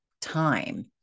time